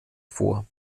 vor